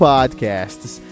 Podcasts